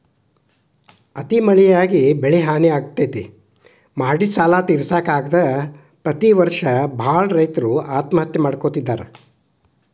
ಅತಿ ಮಳಿಯಾಗಿ ಬೆಳಿಹಾನಿ ಆಗ್ತೇತಿ, ಮಾಡಿದ ಸಾಲಾ ತಿರ್ಸಾಕ ಆಗದ ಪ್ರತಿ ವರ್ಷ ಬಾಳ ರೈತರು ಆತ್ಮಹತ್ಯೆ ಮಾಡ್ಕೋತಿದಾರ